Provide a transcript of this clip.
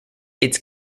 its